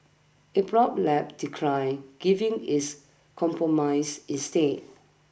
Apron Lab declined giving is compromise instead